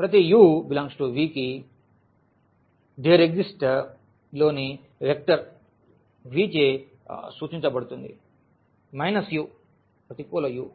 ప్రతి u∈V కి లోని వెక్టర్ Vచే సూచించబడుతుంది u యొక్క ప్రతికూల u